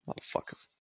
Motherfuckers